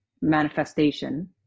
manifestation